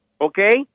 okay